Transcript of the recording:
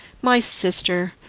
my sister,